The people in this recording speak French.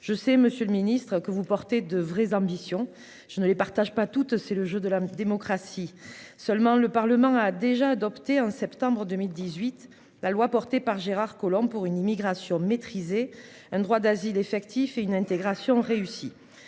Je sais, Monsieur le Ministre, que vous portez de vraies ambitions, je ne les partage pas toutes. C'est le jeu de la démocratie. Seulement, le Parlement a déjà adopté en septembre 2018, la loi portée par Gérard Collomb pour une immigration maîtrisée, un droit d'asile effectif et une intégration réussie.